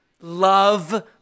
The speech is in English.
love